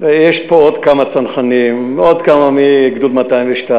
ויש פה עוד כמה צנחנים, עוד כמה מגדוד 202,